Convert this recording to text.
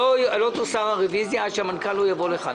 לא תוסר הרביזיה עד שהמנכ"ל לא יבוא לכאן.